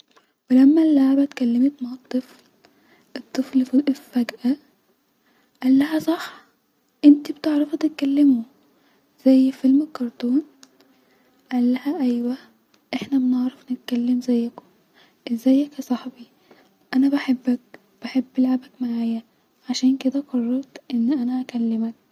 ولما اللعبه اتكلمت مع الطفل- الطفل وقف فجأه- قالها صح انتو بتعرفو تتكلمو زي فلم الكرتون-قالها ايوا احنا بنعرف نتكلم زيكو-ازيك يا صحبي انا بحبك -بحب لعبك معايا-عشان كده قررت ان انا اكلمك